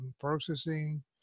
processing